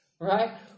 right